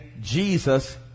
Jesus